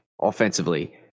offensively